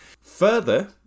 Further